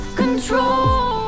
control